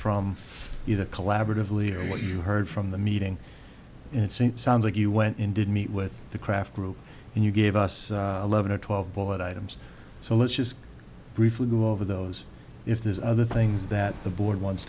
from the collaboratively or what you heard from the meeting sounds like you went in did meet with the kraft group and you gave us eleven or twelve bullet items so let's just briefly go over those if there's other things that the board wants